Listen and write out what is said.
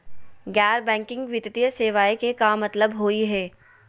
गैर बैंकिंग वित्तीय सेवाएं के का मतलब होई हे?